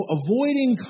avoiding